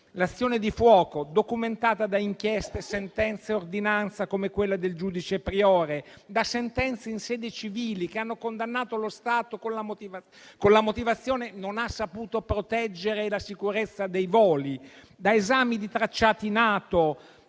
L'azione di fuoco fu documentata da inchieste, sentenze e ordinanze, come quella del giudice Priore, da sentenze in sedi civili, che hanno condannato lo Stato con la motivazione che non ha saputo proteggere la sicurezza dei voli, da esami di tracciati NATO,